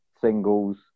singles